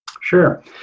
Sure